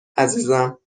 عزیزم